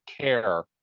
care